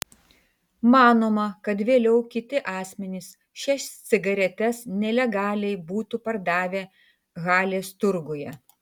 manoma kad vėliau kiti asmenys šias cigaretes nelegaliai būtų pardavę halės turguje